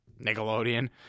Nickelodeon